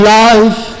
life